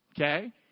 Okay